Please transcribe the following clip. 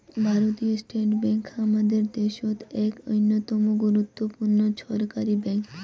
ভারতীয় state bank হামাদের দ্যাশোত এক অইন্যতম গুরুত্বপূর্ণ ছরকারি ব্যাঙ্ক